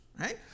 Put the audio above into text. right